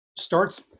starts